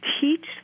teach